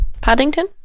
Paddington